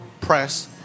press